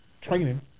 training